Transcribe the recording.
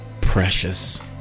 precious